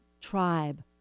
tribe